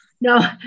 No